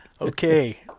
Okay